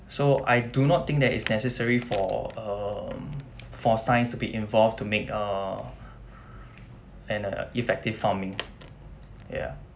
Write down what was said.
so I do not think that is necessary for um for science to be involved to make err an a effective farming ya